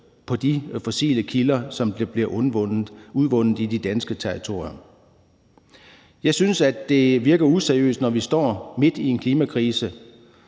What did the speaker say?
på de fossile kilder, der bliver udvundet i de danske territorier. Jeg synes, at det virker useriøst, når vi står midt i en klimakrise